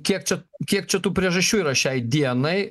kiek čia kiek čia tų priežasčių yra šiai dienai